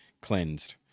Cleansed